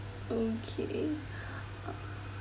okay